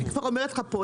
אני אומרת לך פה,